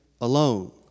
alone